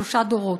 שלושה דורות.